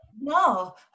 no